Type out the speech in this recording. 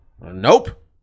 Nope